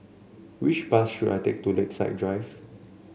which bus should I take to Lakeside Drive